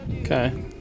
Okay